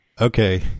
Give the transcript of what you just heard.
Okay